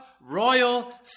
royal